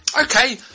Okay